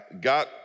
got